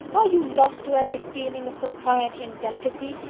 are you lost to every feeling of propriety and delicacy?